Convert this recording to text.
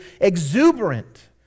exuberant